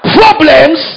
problems